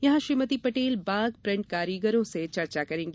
यहां श्रीमती पटेल बाग प्रिंट कारीगरों से चर्चा करेंगी